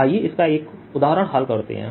आइए इसका एक उदाहरण हल करते हैं